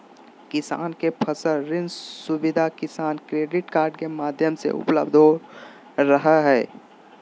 किसान के फसल ऋण सुविधा किसान क्रेडिट कार्ड के माध्यम से उपलब्ध हो रहल हई